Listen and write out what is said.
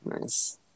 Nice